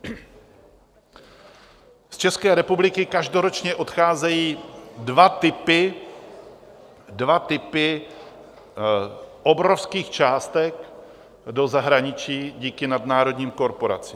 Z České republiky každoročně odcházejí dva typy obrovských částek do zahraničí díky nadnárodním korporacím.